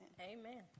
amen